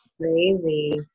Crazy